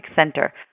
Center